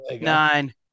nine